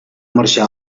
marxar